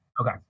Okay